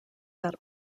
that